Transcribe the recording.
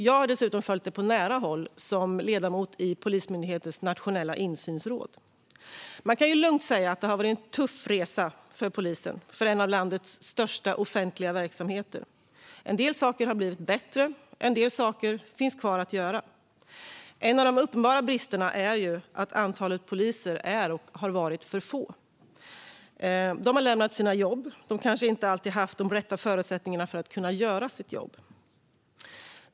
Jag har dessutom följt det på nära håll som ledamot i Polismyndighetens nationella insynsråd. Man kan lugnt säga att det har varit en tuff resa för polisen, en av landets största offentliga verksamheter. En del saker har blivit bättre, men en del saker finns kvar att göra. En av de uppenbara bristerna är att antalet poliser är och har varit för litet. Poliser har lämnat sina jobb. De har kanske inte alltid haft de rätta förutsättningarna att kunna göra sitt jobb.